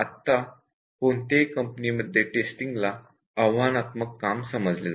आता कोणत्याही कंपनीमध्ये टेस्टिंग ला आव्हानात्मक काम समजले जाते